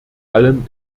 allem